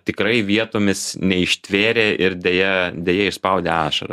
tikrai vietomis neištvėrė ir deja deja išspaudė ašarą